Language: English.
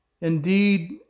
Indeed